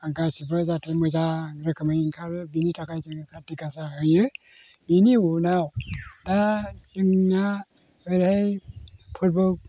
गासैबो जाहाथे मोजां रोखोमै ओंखारो बिनि थाखाय जोङो कार्तिक गासा होयो बिनि उनाव दा जोंना ओरैहाय फोरबो